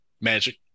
Magic